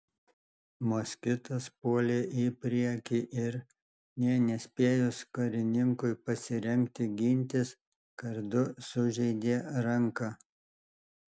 moskitas puolė į priekį ir nė nespėjus karininkui pasirengti gintis kardu sužeidė ranką